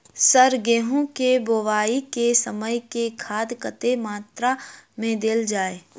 Sir गेंहूँ केँ बोवाई केँ समय केँ खाद कतेक मात्रा मे देल जाएँ?